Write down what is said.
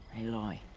aloy.